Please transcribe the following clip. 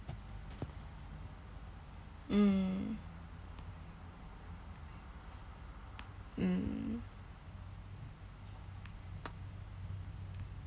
mm mm